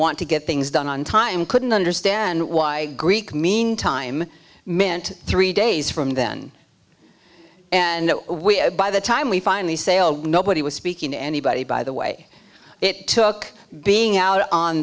want to get things done on time couldn't understand why greek mean time meant three days from then and by the time we finally sail nobody was speaking to anybody by the way it took being out on